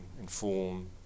inform